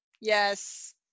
Yes